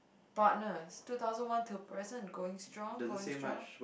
partners two thousand one till present going strong going strong